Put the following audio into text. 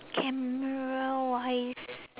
camera wise